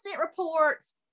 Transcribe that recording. reports